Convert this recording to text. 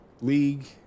League